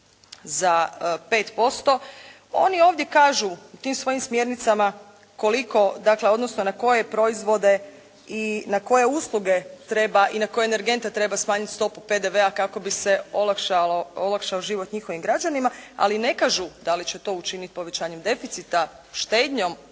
za 5% oni ovdje kažu u tim svojim smjernicama koliko dakle odnosno na koje proizvode i na koje usluge treba i na koje energente treba smanjiti stopu PDV-a kako bi se olakšalo, olakšao život njihovim građanima ali ne kažu da li će to učiniti povećanjem deficita, štednjom,